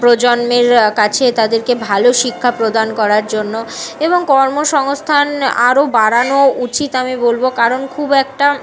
প্রজন্মের কাছে তাদেরকে ভালো শিক্ষা প্রদান করার জন্য এবং কর্মসংস্থান আরো বাড়ানো উচিত আমি বলব কারণ খুব একটা